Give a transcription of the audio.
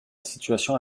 situation